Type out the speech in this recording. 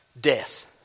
death